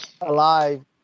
alive